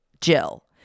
Jill